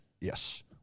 Yes